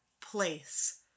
place